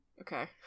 Okay